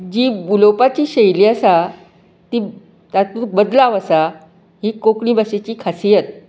जी उलोवपाची शैली आसा ती तातूंत बदलांव आसा ही कोंकणी भाशेची खासीयत